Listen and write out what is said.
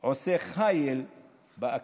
עושה חיל באקדמיה.